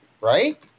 right